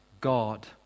God